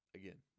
again